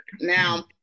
Now